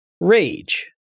Rage